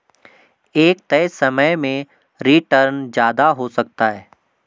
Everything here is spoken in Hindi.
एक तय समय में रीटर्न ज्यादा हो सकता है